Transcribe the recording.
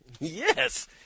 Yes